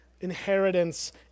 inheritance